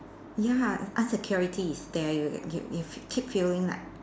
ya un-security is there you you you keep feeling like